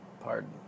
Pardon